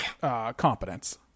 competence